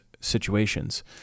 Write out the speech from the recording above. situations